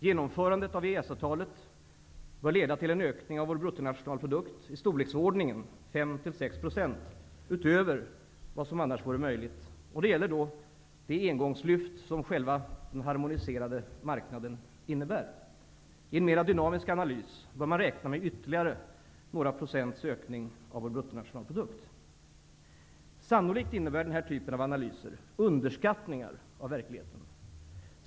Genomförandet av EES-avtalet bör leda till en ökning av vår bruttonationalprodukt med i storleksordningen 5--6 % utöver vad som annars vore möjligt, och det gäller då det engångslyft som själva den harmoniserade marknaden innebär. I en mera dynamisk analys bör man räkna med ytterligare några procents ökning av vår bruttonationalprodukt. Sannolikt innebär den här typen av analyser underskattningar av verkligheten.